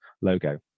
logo